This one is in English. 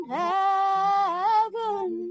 heaven